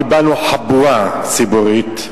קיבלנו חבורה ציבורית,